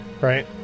right